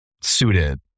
suited